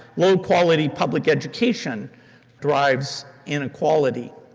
low quality public education drives inequality.